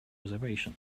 reservation